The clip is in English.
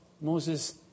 Moses